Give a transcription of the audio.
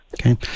Okay